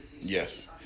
Yes